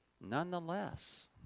Nonetheless